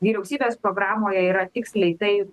vyriausybės programoje yra tiksliai tai